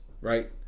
right